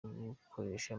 gutoresha